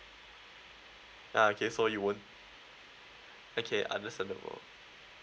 ya okay so you won't okay understandable